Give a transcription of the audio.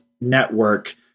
network